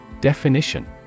Definition